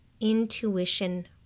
intuition